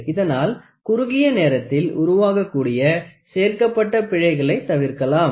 இதனால் குறுகிய நேரத்தில் உருவாகக்கூடிய சேர்க்கப்பட்ட பிழைகளைத் தவிர்க்கலாம்